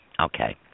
Okay